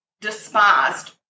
despised